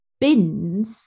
bins